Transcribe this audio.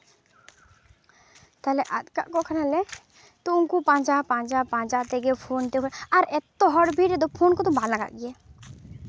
ᱛᱟᱦᱚᱞᱮ ᱟᱫ ᱠᱚ ᱠᱷᱟᱱ ᱞᱮ ᱛᱚ ᱩᱱᱠᱩ ᱯᱟᱸᱡᱟ ᱯᱟᱸᱡᱟ ᱯᱟᱸᱡᱟ ᱛᱮᱜᱮ ᱯᱷᱳᱱ ᱛᱮ ᱟᱨ ᱮᱛᱚ ᱦᱚᱲ ᱵᱷᱤᱲ ᱨᱮᱫᱚ ᱯᱷᱳᱱ ᱠᱚᱫᱚ ᱵᱟᱝ ᱞᱟᱜᱟᱜ ᱜᱮᱭᱟ